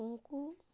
ᱩᱱᱠᱩ